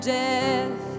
death